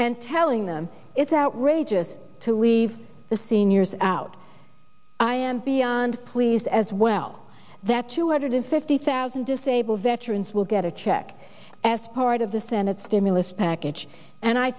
and telling them it's outrageous to leave the seniors out i am beyond pleased as well that two hundred fifty thousand disabled veterans will get a check as part of the senate stimulus package and i